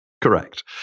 Correct